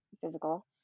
physical